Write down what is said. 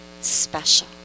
special